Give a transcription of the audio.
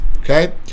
Okay